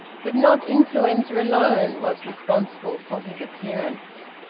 but not influenza alone was responsible for his appearance.